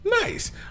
nice